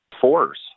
force